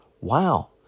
Wow